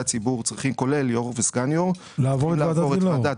הציבור כולל יושב ראש וסגן יושב ראש צריכים לעבור את ועדת